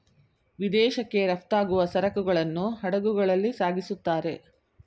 ವಿದೇಶಕ್ಕೆ ರಫ್ತಾಗುವ ಸರಕುಗಳನ್ನು ಹಡಗುಗಳಲ್ಲಿ ಸಾಗಿಸುತ್ತಾರೆ